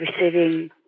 receiving